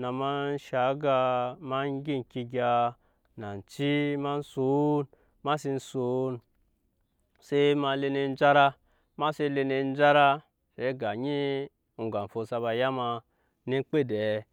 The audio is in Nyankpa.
na ma shaŋ aga magya eŋke egya nanci ma son ma sen son se ma le ne jara ma sen le ne jara se ga onyi eŋga fo sa ba ya ma eme kpedeɛ cuk.